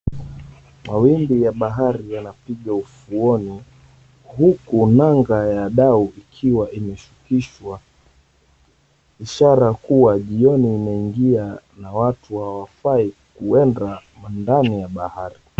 Mawimbi ya bahari yanapiga ufuoni huku nanga ya dau ikiwa imeshukishwa. Ishara kuwa jioni imeingia na watu hawafai kuenda ndani ya bahari.